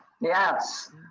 Yes